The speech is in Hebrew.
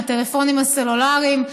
עם טלפונים הסלולריים,